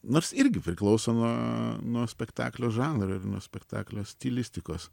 nors irgi priklauso nuo nuo spektaklio žanro ir nuo spektaklio stilistikos